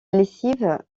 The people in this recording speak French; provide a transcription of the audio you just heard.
lessive